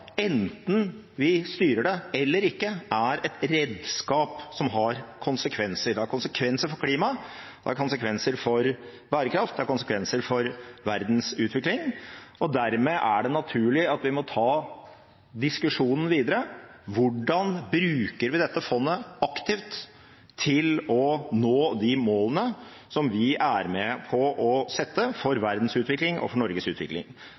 enten vi styrer det eller ikke – er et redskap som har konsekvenser. Det har konsekvenser for klimaet, det har konsekvenser for bærekraft, det har konsekvenser for verdens utvikling. Dermed er det naturlig at vi må ta diskusjonen videre: Hvordan bruker vi dette fondet aktivt til å nå de målene vi er med på å sette for verdens utvikling og for Norges utvikling?